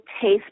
taste